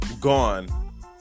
gone